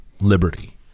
liberty